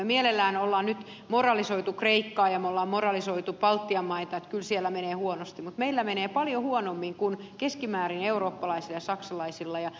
me olemme mielellämme moralisoineet nyt kreikkaa ja olemme moralisoineet baltian maita että kyllä siellä menee huonosti mutta meillä menee paljon huonommin kuin keskimäärin eurooppalaisilla ja esimerkiksi saksalaisilla